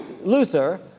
Luther